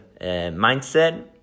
mindset